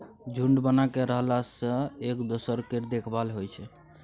झूंड बना कय रहला सँ एक दोसर केर देखभाल होइ छै